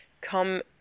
come